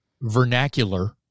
vernacular